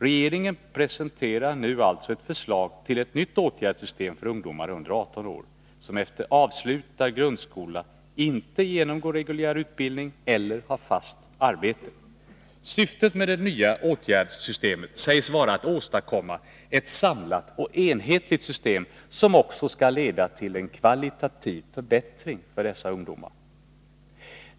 Regeringen presenterar alltså nu ett förslag till ett nytt åtgärdssystem för ungdomar under 18 år som efter avslutad grundskola inte genomgår reguljär utbildning eller har fast arbete. Syftet med det nya åtgärdssystemet sägs vara att åstadkomma ett samlat och enhetligt system, som också skall leda till en kvalitativ förbättring för dessa ungdomar.